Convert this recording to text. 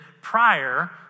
prior